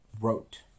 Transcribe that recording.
wrote